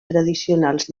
tradicionals